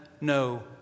no